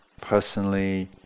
personally